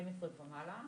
12 ומעלה.